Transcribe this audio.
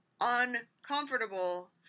uncomfortable